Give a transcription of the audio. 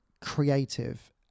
creative